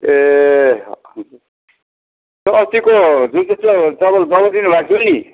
ए त्यो अस्तिको जुन चाहिँ त्यो तपाईँले दबाई दिनु भएको थियो नि